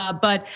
ah but,